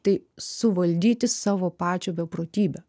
tai suvaldyti savo pačių beprotybę